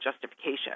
justification